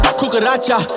kukaracha